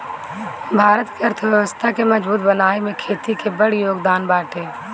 भारत के अर्थव्यवस्था के मजबूत बनावे में खेती के बड़ जोगदान बाटे